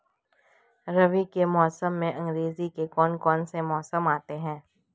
रबी के मौसम में अंग्रेज़ी के कौन कौनसे महीने आते हैं?